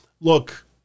look